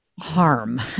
harm